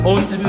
Und